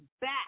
back